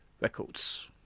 Records